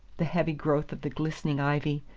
the heavy growth of the glistening ivy,